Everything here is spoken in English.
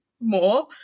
more